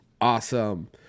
awesome